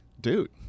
Dude